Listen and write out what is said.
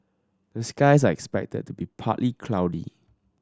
the skies are expected to be partly cloudy